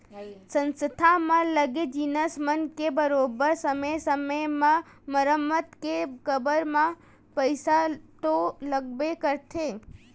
संस्था म लगे जिनिस मन के बरोबर समे समे म मरम्मत के करब म पइसा तो लगबे करथे